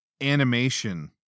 animation